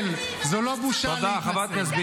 בגללכם.